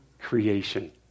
creation